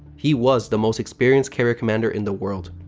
he was the most experienced carrier commander in the world.